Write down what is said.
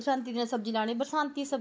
बरसांती दिनें सब्ज़ी लानी बरसांती सब्ज़ी